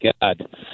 God